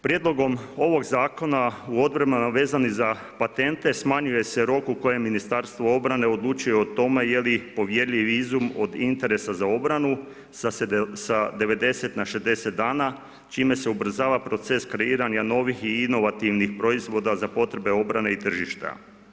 Prijedlogom ovog Zakona u odredbama vezanim za patente smanjuje se rok u kojem MORH odlučuje o tome je li povjerljivi izum od interesa za obranu sa 90 na 60 dana čime se ubrzava proces kreiranja novih i inovativnih proizvoda za potrebe obrane i tržišta.